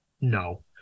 No